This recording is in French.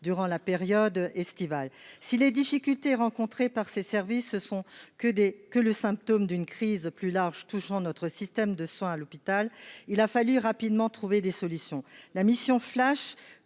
durant la période estivale, si les difficultés rencontrées par ses services, ce sont que des que le symptôme d'une crise plus large touchant notre système de soins à l'hôpital, il a fallu rapidement trouver des solutions, la mission flash